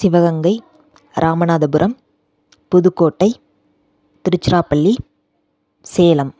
Sivaganga Ramanathapuram Pudukkottai Tiruchirappalli Salem